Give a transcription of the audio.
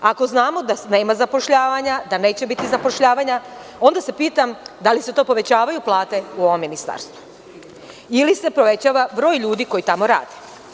Ako znamo da nema zapošljavanja, da neće biti zapošljavanja, onda se pitam da li se to povećavaju plate u ovom ministarstvu ili se povećava broj ljudi koji tamo rade?